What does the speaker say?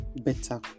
better